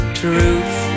truth